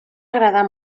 agradar